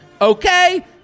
Okay